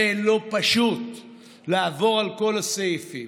זה לא פשוט לעבור על כל הסעיפים.